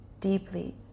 deeply